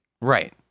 right